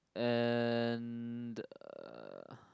and the